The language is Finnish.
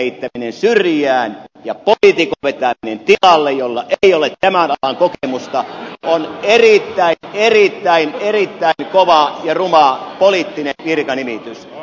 tällaisen heittäminen syrjään ja poliitikon vetäminen tilalle jolla ei ole tämän alan kokemusta on erittäin erittäin erittäin kova ja ruma poliittinen virkanimitys